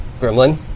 Gremlin